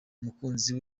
umukunzi